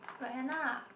got henna lah